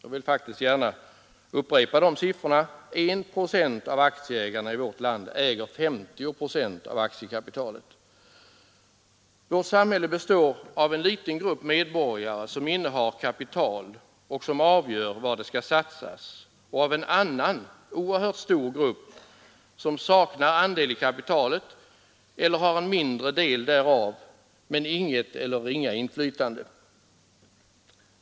Jag vill faktiskt upprepa dessa siffror: En procent av aktieägarna i vårt land äger 50 procent av aktiekapitalet. 159 Vårt samhälle består dels av en liten grupp medborgare som innehar kapital och som avgör var det skall satsas, dels av en annan oerhört stor grupp som saknar andel i kapitalet eller har en mindre del därav men inget eller ringa inflytande.